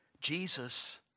Jesus